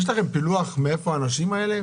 יש לכם פילוח מאיפה האנשים האלה,